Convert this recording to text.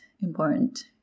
important